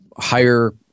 higher